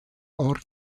ort